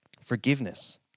Forgiveness